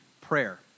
prayer